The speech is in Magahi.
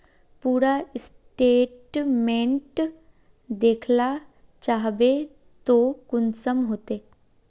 पूरा स्टेटमेंट देखला चाहबे तो कुंसम होते?